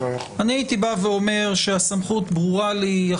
הייתי אומר שהסמכות ברורה לי.